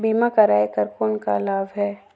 बीमा कराय कर कौन का लाभ है?